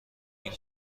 این